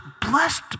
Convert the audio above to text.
blessed